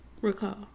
recall